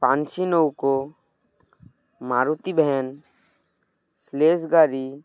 পানসি নৌকা Maruti van sledge গাড়ি